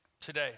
today